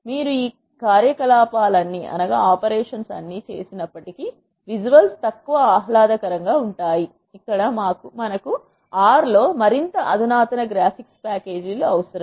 మీరు ఈ కార్యకలాపాలన్నీ చేసినప్పటికీ విజువల్స్ తక్కువ ఆహ్లాదకరంగా ఉంటాయి ఇక్కడ మాకు R లో మరింత అధునాతన గ్రాఫిక్స్ ప్యాకేజీలు అవసరం